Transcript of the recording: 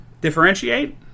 Differentiate